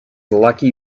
lucky